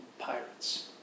pirates